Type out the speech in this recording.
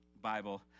bible